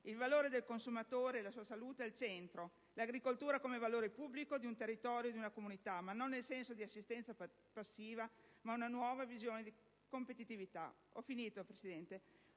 il valore del consumatore e la sua salute al centro, l'agricoltura come valore pubblico di un territorio, di una comunità, ma non nel senso di assistenza passiva ma come nuova visione di competitività. Questo è il